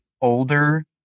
older